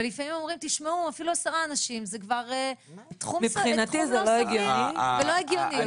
והם אומרים שאפילו עשרה אנשים זה כבר תחום לא סביר ולא הגיוני.